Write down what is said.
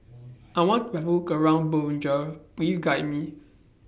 I want to Have Ground Bujumbura Please Guide Me